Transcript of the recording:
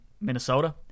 Minnesota